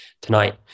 tonight